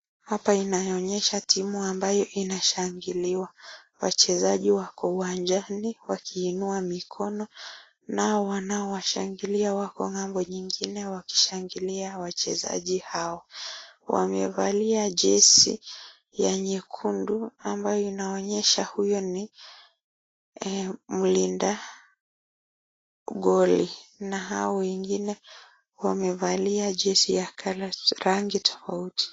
Hapa inaonyesha timu ambayo inashangiliwa. Wachezaji wako uwanjani wakiinua mikono nao wanaowashangilia wako ng'ambo nyingine wakishangilia wachezaji hao. Wamevalia jesi ya nyekundu ambayo inaonyesha huyo ni mlinda goli na hao wengine wamevalia jesi ya color rangi tofauti.